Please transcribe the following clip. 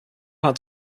had